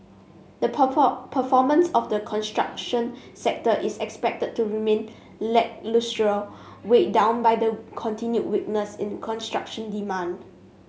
the performance of the construction sector is expected to remain lacklustre weighed down by the continued weakness in construction demand